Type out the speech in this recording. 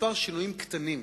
כמה שינויים קטנים,